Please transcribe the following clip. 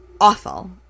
awful